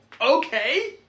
Okay